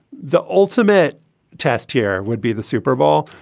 the ultimate test here would be the super bowl.